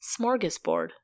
Smorgasbord